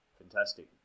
fantastic